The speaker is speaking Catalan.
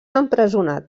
empresonat